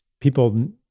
People